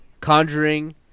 Conjuring